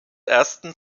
ersten